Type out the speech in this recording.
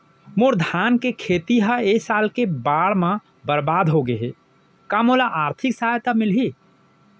मोर धान के खेती ह ए साल के बाढ़ म बरबाद हो गे हे का मोला आर्थिक सहायता मिलही?